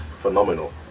phenomenal